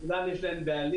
לכולן יש בעלים.